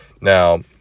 Now